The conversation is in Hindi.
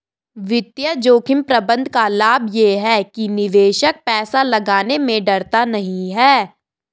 वित्तीय जोखिम प्रबंधन का लाभ ये है कि निवेशक पैसा लगाने में डरता नहीं है